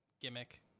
gimmick